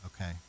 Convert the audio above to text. okay